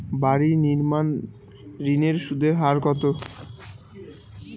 বাড়ি নির্মাণ ঋণের সুদের হার কত?